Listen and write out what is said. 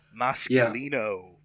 Masculino